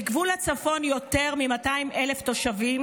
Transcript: בגבול הצפון יותר מ-200,000 תושבים